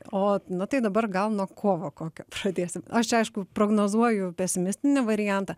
o na tai dabar gal nuo kovo kokio pradėsim aš čia aišku prognozuoju pesimistinį variantą